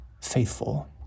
faithful